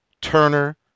Turner